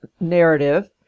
narrative